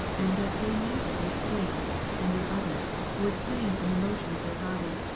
and that they meant this thing and no other, was plain from the motion of their body,